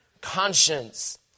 conscience